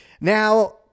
Now